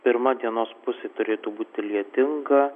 pirma dienos pusė turėtų būti lietinga